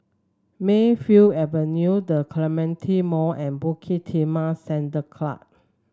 Mayfield Avenue The Clementi Mall and Bukit Timah Sand club